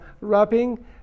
wrapping